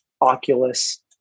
Oculus